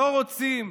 לא רוצים?